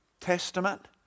Testament